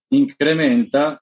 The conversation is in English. incrementa